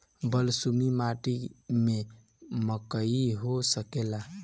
बलसूमी माटी में मकई हो सकेला?